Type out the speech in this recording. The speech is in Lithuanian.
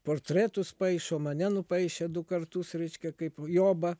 portretus paišo mane nupaišė du kartus reiškia kaip joba